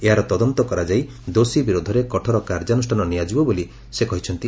ଏହାର ତଦନ୍ତ କରାଯାଇ ଦୋଷୀ ବିରୋଧରେ କଠୋର କାର୍ଯ୍ୟାନ୍ତଷ୍ୟାନ ନିଆଯିବ ବୋଲି ସେ କହିଛନ୍ତି